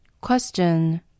Question